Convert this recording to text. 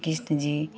Krishna ji